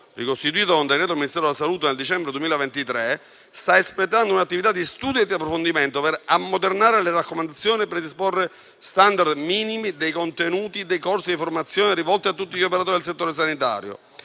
ricostituito con decreto del Ministero della salute nel dicembre 2023, sta espletando un'attività di studio e approfondimento per ammodernare le raccomandazioni, predisporre *standard* minimi dei contenuti dei corsi di formazione rivolti a tutti gli operatori del settore sanitario